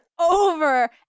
over